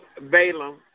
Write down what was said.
Balaam